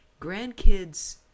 Grandkids